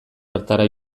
hartara